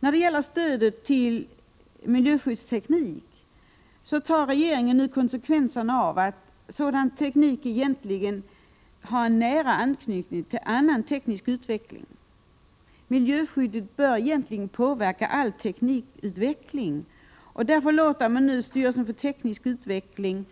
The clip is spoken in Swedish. När det gäller stödet till miljöskyddsteknik tar regeringen nu konsekvenserna av att sådan teknik egentligen har en nära anknytning till annan teknisk utveckling. Miljöskyddet bör egentligen påverka all teknikutveckling, och därför låter man styrelsen för teknisk utveckling